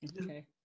Okay